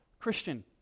Christian